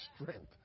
strength